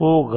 होगा